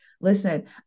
listen